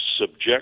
subject